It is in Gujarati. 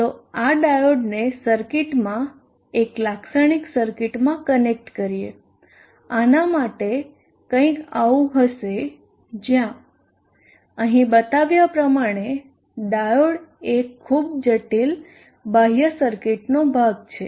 ચાલો આ ડાયોડને સર્કિટમાં એક લાક્ષણિક સર્કિટમાં કનેક્ટ કરીએ આના માટે કંઈક આવું હશે જ્યાં અહીં બતાવ્યા પ્રમાણે ડાયોડ એ ખૂબ જટિલ બાહ્ય સર્કિટનો ભાગ છે